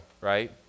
right